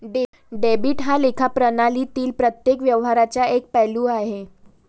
debit हा लेखा प्रणालीतील प्रत्येक व्यवहाराचा एक पैलू आहे